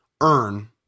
earn